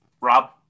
Rob